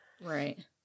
Right